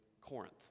Corinth